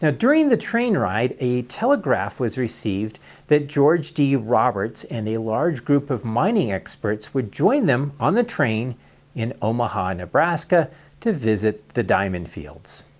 during the train ride a telegram was received that george d. roberts and a large group of mining experts would join them on the train in omaha nebraska to visit the diamond fields.